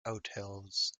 hotels